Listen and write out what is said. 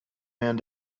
man